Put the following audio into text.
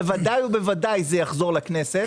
בוודאי ובוודאי זה יחזור לכנסת,